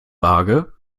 waage